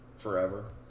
Forever